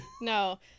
no